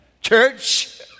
Church